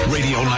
Radio